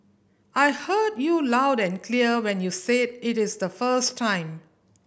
I heard you loud and clear when you said it the first time